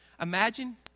Imagine